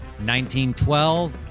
1912